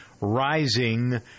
rising